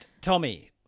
Tommy